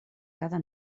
cada